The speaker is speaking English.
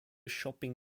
shopping